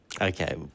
Okay